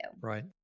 Right